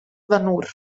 vanur